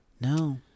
No